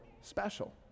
special